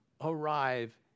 arrive